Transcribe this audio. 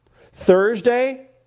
Thursday